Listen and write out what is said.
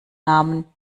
namen